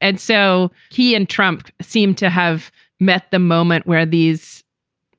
and so he and trump seemed to have met the moment where these